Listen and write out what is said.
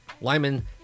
Lyman